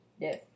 Yes